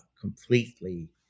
completely